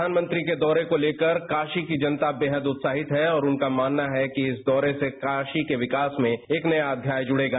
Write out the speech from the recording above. प्रधानमंत्री के दौरे को लेकर काशी की जनता बेहद उत्साहित है और उनका मानना है कि इस दौरे से काशी के विकास में एक नया अध्याय जुड़ेगा